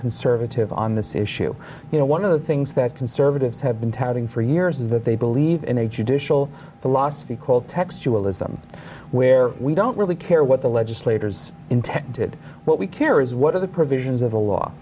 conservative on this issue you know one of the things that conservatives have been touting for years is that they believe in a judicial philosophy called textual ism where we don't really care what the legislators intended what we care is what are the provisions of the law